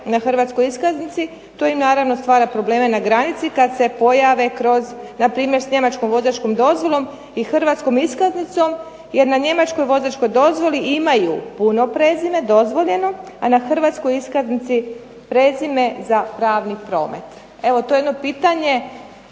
na hrvatskoj iskaznici, to im naravno stvara probleme na granici kada se pojave kroz npr. s njemačkom vozačkom dozvolom i hrvatskom iskaznicom, jer na njemačkoj vozačkoj dozvoli imaju puno prezime dozvoljeno, a na hrvatskoj iskaznici prezime za pravni promet. Evo to je jedno pitanje